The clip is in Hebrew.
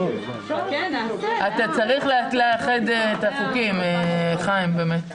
חיים, אתה צריך לאחד את החוקים באמת.